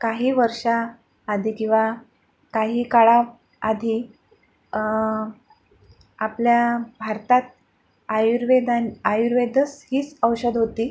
काही वर्षाआधी किंवा काही काळाआधी आपल्या भारतात आयुर्वेदां आयुर्वेदस हीच औषध होती